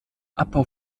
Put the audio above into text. abbau